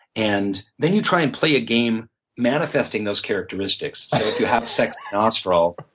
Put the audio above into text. and then you try and play a game manifesting those characteristics. so if you have sexy nostril,